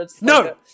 no